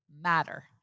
matter